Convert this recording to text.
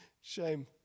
Shame